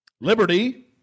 Liberty